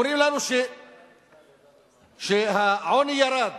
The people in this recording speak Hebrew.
אומרים לנו שהעוני ירד